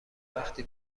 وقتی